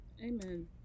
Amen